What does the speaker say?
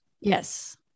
Yes